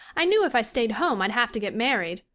i knew if i stayed home i'd have to get married.